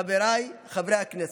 חבריי חברי הכנסת,